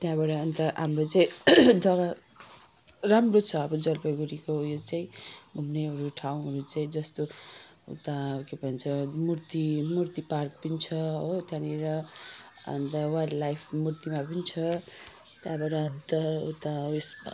त्यहाँबाट अन्त हाम्रो चाहिँ जगा राम्रो छ अब जलपाइगुडीको उयो चाहिँ घुम्नेहरू ठाउँहरू चाहिँ जस्तो उता के भन्छ मूर्ति मूर्ति पार्क पनि छ हो त्यहाँनेर अन्त वाइल्ड लाइफ मूर्तिमा पनि छ त्यहाँबाट उता उयसमा